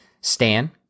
Stan